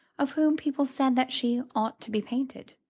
of whom people said that she ought to be painted.